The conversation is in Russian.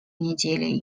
недели